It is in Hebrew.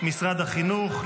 משרד החינוך,